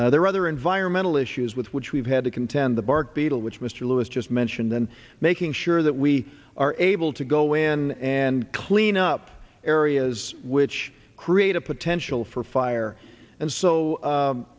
there are other environmental issues with which we've had to contend the by beetle which mr lewis just mentioned and making sure that we are able to go in and clean up areas which create a potential for fire and so